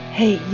Hey